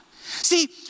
See